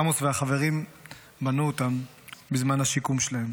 עמוס והחברים בנו אותם בזמן השיקום שלהם.